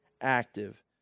active